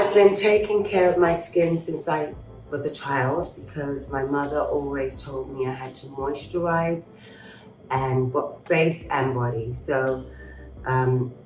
been taking care of my skin since i was a child, because my mother always told me i had to moisturize and but face and body. so um